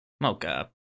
Mocha